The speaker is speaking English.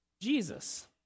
Jesus